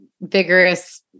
vigorous